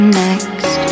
next